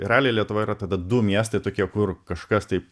realiai lietuva yra tada du miestai tokie kur kažkas tai